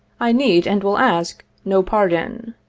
i need and will ask no pardon.